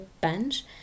bench